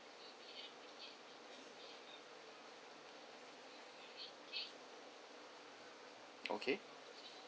okay